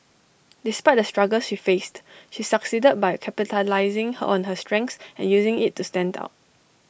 despite the struggles she faced she succeeded by capitalising her on her strengths and using IT to stand out